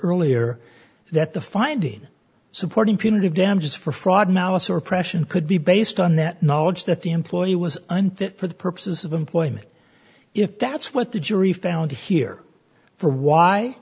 earlier that the finding supporting punitive damages for fraud malice or oppression could be based on that knowledge that the employee was unfit for the purposes of employment if that's what the jury found here for why